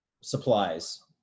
supplies